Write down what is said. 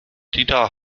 dieter